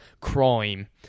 Crime